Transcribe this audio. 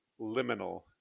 liminal